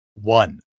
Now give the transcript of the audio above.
one